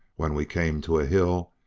when we came to a hill,